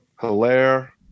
Hilaire